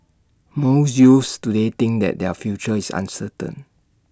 most youths today think that their future is uncertain